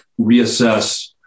reassess